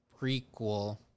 prequel